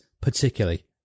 particularly